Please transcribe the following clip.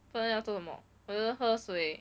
不然要做什么可是喝水